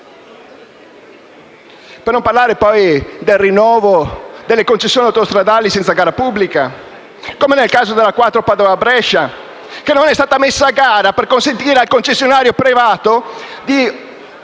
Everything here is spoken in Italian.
per non parlare poi del rinnovo delle concessioni autostradali senza gara pubblica, come nel caso della A4 Padova-Brescia, che non è stata messa a gara per consentire al concessionario privato di